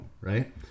Right